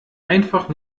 einfach